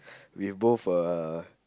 we both uh